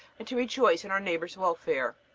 and to rejoice in our neighbor's welfare.